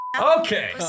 okay